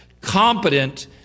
competent